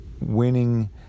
winning